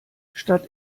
statt